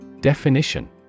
Definition